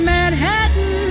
Manhattan